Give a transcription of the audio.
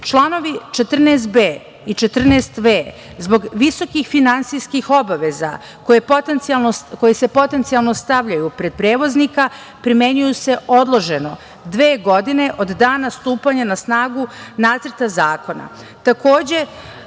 unije. Članovi 14b. i 14v. zbog visokih finansijskih obaveza koje se potencijalno stavljaju pred prevoznika, primenjuju se odloženo dve godine od dana stupanja na snagu nacrta zakona. Takođe,